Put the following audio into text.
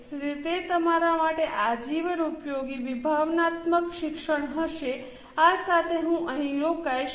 તેથી તે તમારા માટે આજીવન ઉપયોગી વિભાવનાત્મક શિક્ષણ હશે આ સાથે હું અહીં જ રોકાઈશ